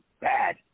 bad